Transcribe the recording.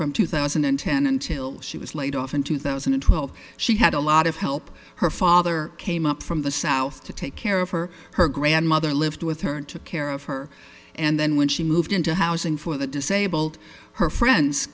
from two thousand and ten until she was laid off in two thousand and twelve she had a lot of help her father came up from the south to take care of her her grandmother lived with her and took care of her and then when she moved into housing for the disabled her friends